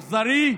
זה אכזרי?